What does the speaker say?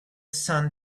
sun